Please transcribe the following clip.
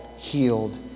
healed